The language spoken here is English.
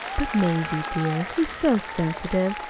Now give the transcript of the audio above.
but, mazie, dear, he's so sensitive,